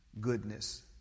goodness